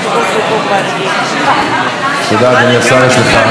יש לך עד עשר דקות.